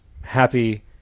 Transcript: happy